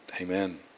Amen